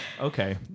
Okay